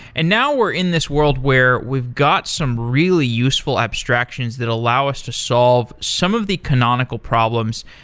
and now, we're in this world where we've got some really useful abstractions that allow us to solve some of the canonical problems.